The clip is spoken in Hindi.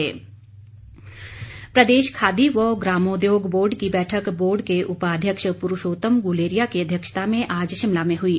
खादी बोर्ड प्रदेश खादी व ग्रामोद्योग बोर्ड की बैठक बोर्ड के उपाध्यक्ष पुरूषोतम ग्रुलेरिया की अध्यक्षता में आज शिमला में हुई